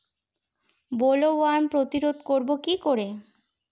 Bollworm প্রতিরোধ করব কি করে?